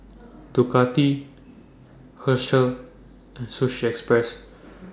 Ducati Herschel and Sushi Express